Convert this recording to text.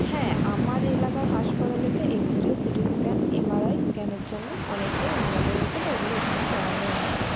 হ্যাঁ আমার এলাকার হাঁসপাতালেতে x ray CT scan MRI স্ক্যানের জন্য অনেকটাই উন্নত হয়েছে বা এগুলো এখানে করানোও হয়